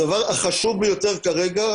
הדבר החשוב ביותר כרגע,